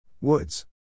Woods